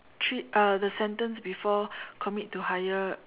three uh the sentence before commit to higher